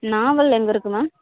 நாவல் எங்கே இருக்கு மேம்